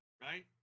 right